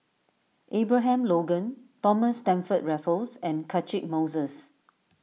Abraham Logan Thomas Stamford Raffles and Catchick Moses